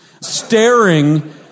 staring